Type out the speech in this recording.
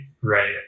Right